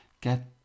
get